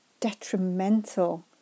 detrimental